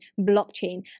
Blockchain